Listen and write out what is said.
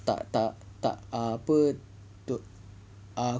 tak tak tak ah apa ah